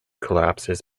collapses